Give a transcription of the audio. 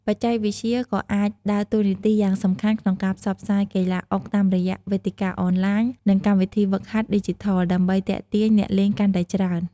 បច្ចេកវិទ្យាក៏អាចដើរតួនាទីយ៉ាងសំខាន់ក្នុងការផ្សព្វផ្សាយកីឡាអុកតាមរយៈវេទិកាអនឡាញ និងកម្មវិធីហ្វឹកហាត់ឌីជីថល ដើម្បីទាក់ទាញអ្នកលេងកាន់តែច្រើន។